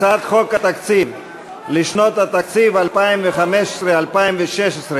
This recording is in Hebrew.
הצעת חוק התקציב לשנות התקציב 2015 ו-2016,